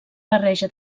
barreja